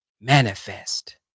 manifest